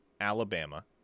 Alabama